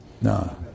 No